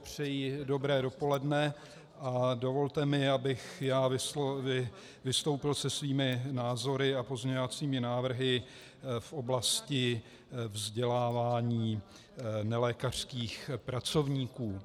Přeji dobré dopoledne a dovolte mi, abych vystoupil se svými názory a pozměňovacími návrhy v oblasti vzdělávání nelékařských pracovníků.